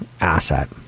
asset